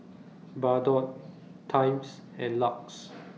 Bardot Times and LUX